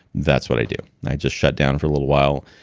that's what i do. and i just shut down for a little while.